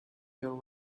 their